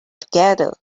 together